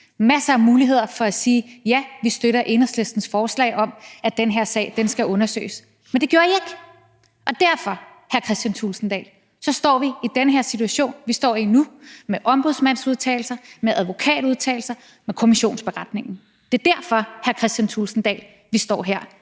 masser af muligheder for at sige: Ja, vi støtter Enhedslistens forslag om, at den her sag skal undersøges. Men det gjorde I ikke. Derfor, hr. Kristian Thulesen Dahl, står vi i den her situation, vi står i nu, med ombudsmandsudtalelser, med advokatudtalelser med kommissionsberetningen. Det er derfor, hr. Kristian Thulesen Dahl, at vi står her